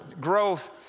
growth